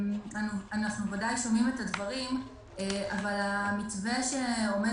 אנחנו בוודאי שומעים את הדברים אבל המתווה שעומד